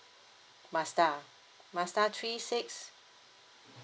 mazda mazda three six